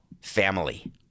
family